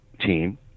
team